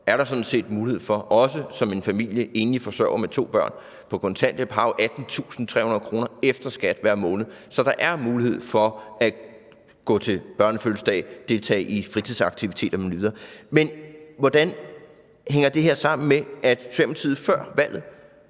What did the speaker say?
selv med kontanthjælpsloftet for børn i en familie – en enlig forsørger med to børn på kontanthjælp har jo 18.300 kr. efter skat hver måned – er mulighed for at gå til børnefødselsdage og deltage i fritidsaktiviteter m.v. Men hvordan hænger det her sammen med, at Socialdemokratiet før valget